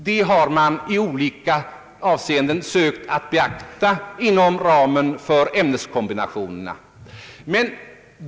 Detta har man i olika avseenden sökt beakta inom ramen för ämneskombinationerna.